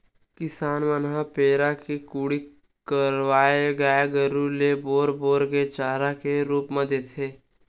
किसान मन ह पेरा के कुटी करवाके गाय गरु ल बोर बोर के चारा के रुप म देथे